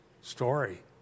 story